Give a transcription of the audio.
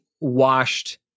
washed